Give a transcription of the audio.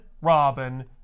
Robin